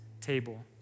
table